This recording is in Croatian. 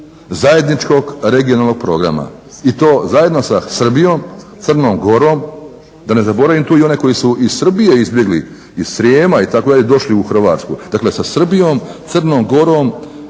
zajedničkog regionalnog programa i to zajedno sa Srbijom, Crnom Gorom, da ne zaboravim tu i one koji su iz Srbije izbjegli iz Srijema itd. i došli u Hrvatsku, dakle sa Srbijom, Crnom Gorom,